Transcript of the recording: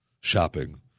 shopping